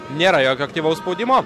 nėra jokio aktyvaus spaudimo